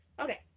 Okay